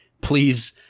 please